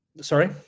Sorry